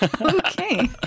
okay